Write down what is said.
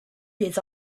des